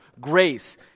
grace